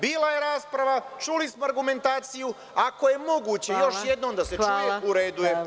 Bila je rasprava, čuli smo argumentaciju, ako je moguće još jednom da se čuje u redu.